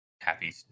happy